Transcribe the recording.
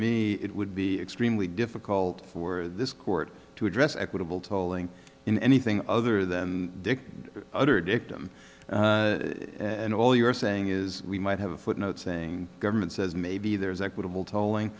me it would be extremely difficult for this court to address equitable tolling in anything other than dick utter dictum and all you're saying is we might have a footnote saying government says maybe there's equitable toll